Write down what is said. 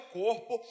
corpo